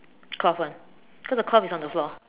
cloth [one] cause the cloth is on the floor